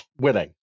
winning